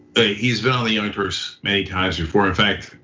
he's been on the young turks many times before. in fact,